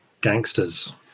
gangsters